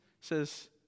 says